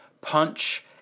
punch